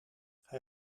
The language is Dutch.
hij